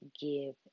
give